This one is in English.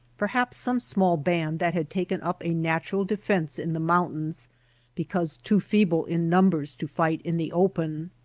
perhaps some small band that had taken up a natural defence in the mountains because too feeble in numbers to fight in the open.